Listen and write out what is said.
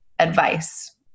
advice